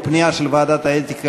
או פנייה של ועדת האתיקה,